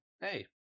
hey